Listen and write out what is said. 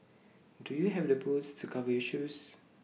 do you have the boots to cover your shoes